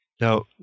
Now